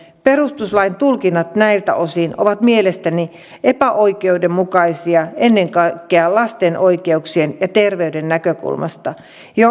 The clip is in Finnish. perustuslain tulkinnat näiltä osin ovat mielestäni epäoikeudenmukaisia ennen kaikkea lasten oikeuksien ja terveyden näkökulmasta